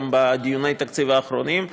גם בדיוני התקציב האחרונים,